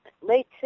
late